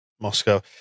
Moscow